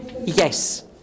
Yes